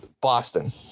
Boston